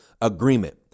agreement